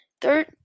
Third